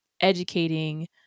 educating